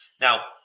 Now